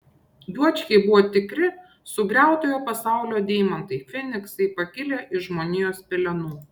juočkiai buvo tikri sugriautojo pasaulio deimantai feniksai pakilę iš žmonijos pelenų